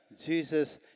Jesus